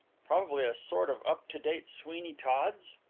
possibly a sort of up-to-date sweeney todd's?